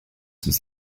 since